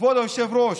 כבוד היושב-ראש: